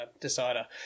decider